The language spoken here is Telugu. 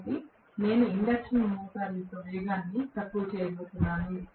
కాబట్టి నేను ఇండక్షన్ మోటారు యొక్క వేగాన్ని తక్కువ చేయబోతున్నాను